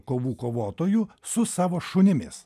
kovų kovotojų su savo šunimis